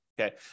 okay